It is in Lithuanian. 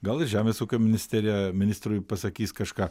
gal ir žemės ūkio ministerija ministrui pasakys kažką